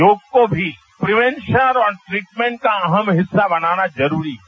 योग को भी प्रीवेंशर और ट्रीटमेंट का अहम हिस्सा बनाना जरूरी है